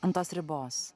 ant tos ribos